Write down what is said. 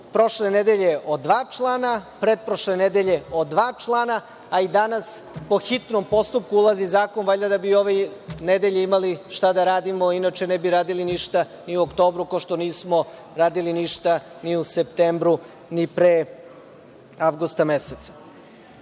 prošle nedelje o dva člana, pretprošle nedelje o dva člana, a i danas po hitnom postupku ulazi zakon valjda da bi ove nedelje imali šta da radimo inače ne bi radili ništa ni u oktobru, kao što nismo radili ništa ni u septembru, ni pre avgusta